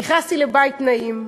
נכנסתי לבית נעים,